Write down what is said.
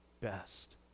best